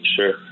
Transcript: sure